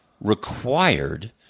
required